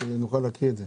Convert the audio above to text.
שנוכל להקריא את זה.